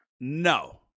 No